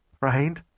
right